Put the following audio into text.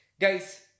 guys